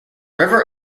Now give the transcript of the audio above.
river